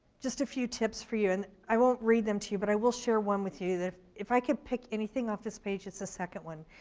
just a few tips for you, and i won't read them to you, but i will share one with you that if i could pick anything off this page, it's the second one.